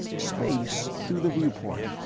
space, through the viewport,